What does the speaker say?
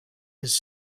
his